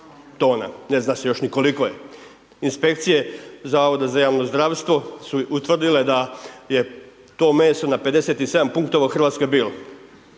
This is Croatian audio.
tona, ne zna se još ni koliko je. Inspekcije Zavoda za javno zdravstvo su utvrdile da je to meso na 57 punktova u Hrvatskoj bilo.